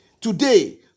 today